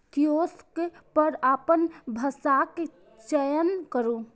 kiosk पर अपन भाषाक चयन करू